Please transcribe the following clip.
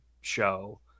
show